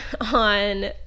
on